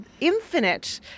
infinite